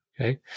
okay